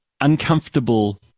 uncomfortable